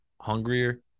hungrier